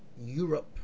Europe